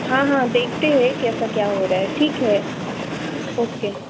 हाँ हाँ देखते हैं कैसा क्या हो रहा है ठीक है ओ के